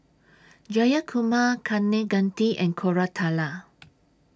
Jayakumar Kaneganti and Koratala